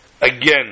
Again